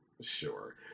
Sure